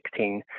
2016